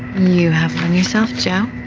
you have a new soft gel